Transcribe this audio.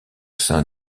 sein